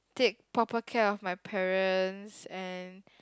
take proper care of my parents and